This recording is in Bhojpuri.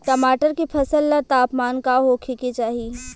टमाटर के फसल ला तापमान का होखे के चाही?